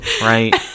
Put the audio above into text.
right